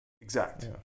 exact